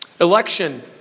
Election